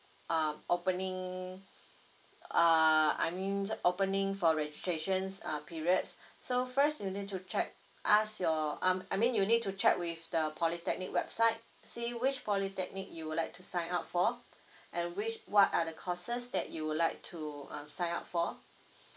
um opening uh I mean opening for registrations uh periods so first you need to check ask your um I mean you need to check with the polytechnic website see which polytechnic you would like to sign up for and which what are the courses that you would like to um sign up for